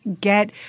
get